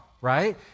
Right